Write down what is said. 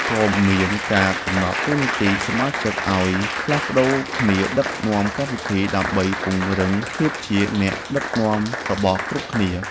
ក៏មានការកំណត់តួនាទីសមាជិកឱ្យផ្លាស់ប្តូរគ្នាដឹកនាំកម្មវិធី ដើម្បីពង្រឹងភាពជាអ្នកដឹកនាំរបស់គ្រប់គ្នា។